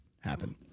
happen